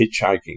hitchhiking